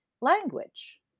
language